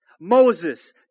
Moses